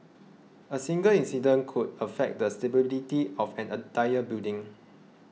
a single incident could affect the stability of an entire building